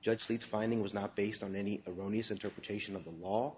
judge the finding was not based on any erroneous interpretation of the law